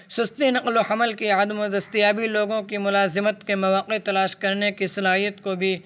سستی نقل و حمل کی عدم دستیابی لوگوں کی ملازمت کے مواقع تلاش کرنے کی صلاحیت کو بھی